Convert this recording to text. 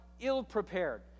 ill-prepared